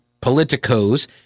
politicos